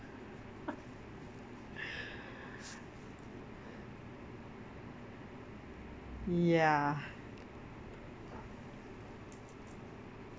ya